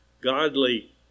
godly